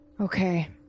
Okay